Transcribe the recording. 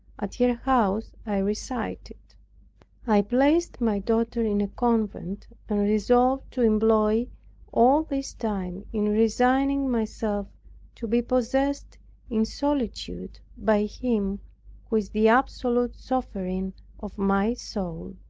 at her house i resided. i placed my daughter in a convent, and resolved to employ all this time in resigning myself to be possessed in solitude by him who is the absolute sovereign of my soul.